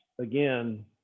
again